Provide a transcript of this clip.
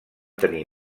tenir